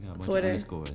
Twitter